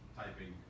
typing